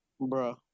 Bro